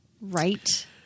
Right